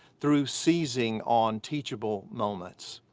through seizing on teachable moments.